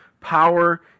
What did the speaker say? power